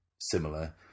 similar